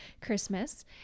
Christmas